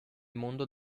mondo